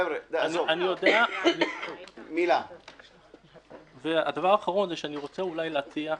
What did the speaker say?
והדבר האחרון, אני רוצה להציע,